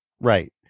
right